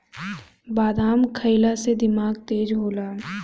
बादाम खइला से दिमाग तेज होला